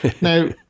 now